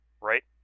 right